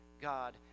God